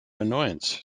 annoyance